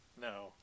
No